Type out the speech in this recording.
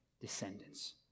descendants